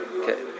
okay